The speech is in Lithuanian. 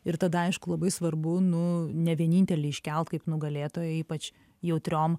ir tada aišku labai svarbu nu nevienintelį iškelt kaip nugalėtoją ypač jautriom